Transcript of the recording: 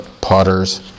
potter's